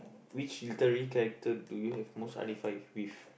which literary character do you have most identify with